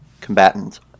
combatants